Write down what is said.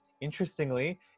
interestingly